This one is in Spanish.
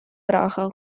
trabajan